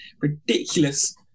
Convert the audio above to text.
ridiculous